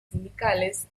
sindicales